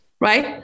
right